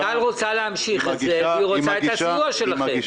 --- טל אוחנה רוצה להמשיך את זה והיא רוצה את הסיוע שלכם.